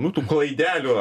nu tų klaidelių